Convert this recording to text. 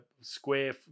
square